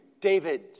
David